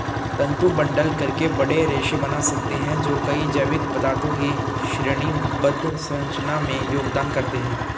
तंतु बंडल करके बड़े रेशे बना सकते हैं जो कई जैविक पदार्थों की श्रेणीबद्ध संरचना में योगदान करते हैं